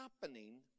happening